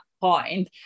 point